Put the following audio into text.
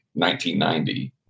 1990